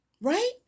right